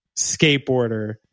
skateboarder